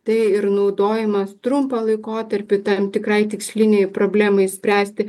tai ir naudojimas trumpą laikotarpį tam tikrai tikslinei problemai spręsti